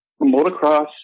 motocross